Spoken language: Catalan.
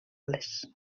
les